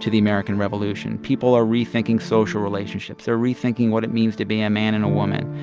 to the american revolution. people are rethinking social relationships. they're rethinking what it means to be a man and a woman.